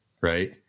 right